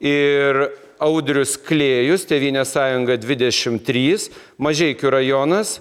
ir audrius klėjus tėvynės sąjunga dvidešimt trys mažeikių rajonas